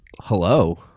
Hello